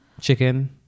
chicken